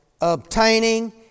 obtaining